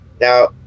Now